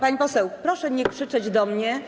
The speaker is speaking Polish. Pani poseł, proszę nie krzyczeć do mnie.